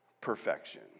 Perfection